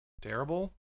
terrible